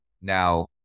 Now